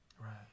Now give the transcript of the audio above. Right